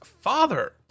father